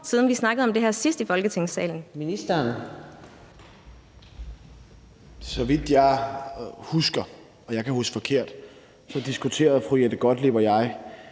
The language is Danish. siden vi snakkede om det her sidst i Folketingssalen?